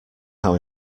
how